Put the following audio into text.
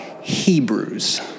Hebrews